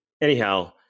anyhow